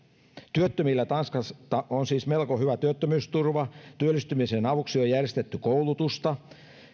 työttömillä tanskassa on siis melko hyvä työttömyysturva työllistymisen avuksi on järjestetty koulutusta